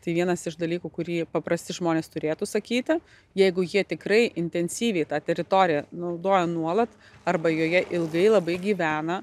tai vienas iš dalykų kurį paprasti žmonės turėtų sakyti jeigu jie tikrai intensyviai tą teritoriją naudoja nuolat arba joje ilgai labai gyvena